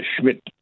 Schmidt